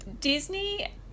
Disney